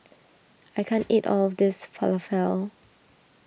I can't eat all of this Falafel